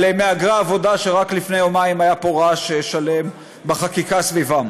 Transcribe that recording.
על מהגרי עבודה שרק לפני יומיים היה פה רעש שלם בחקיקה סביבם.